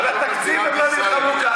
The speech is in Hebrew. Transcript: על התקציב הם לא נלחמו ככה.